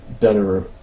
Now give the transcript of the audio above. better